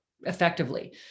effectively